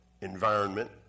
environment